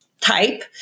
type